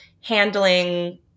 handling